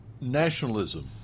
nationalism –